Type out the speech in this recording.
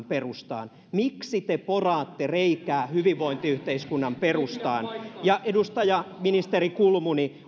perustaan miksi te poraatte reikää hyvinvointiyhteiskunnan perustaan ja ministeri kulmuni